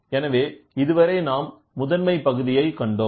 எனவே இதுவரை நாம் முதன்மை பகுதியை கண்டோம்